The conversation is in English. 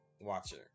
watcher